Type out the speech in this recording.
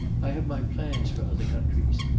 i have my plans for other countries.